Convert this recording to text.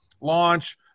launch